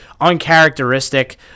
uncharacteristic